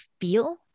feel